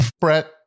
Brett